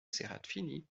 serafini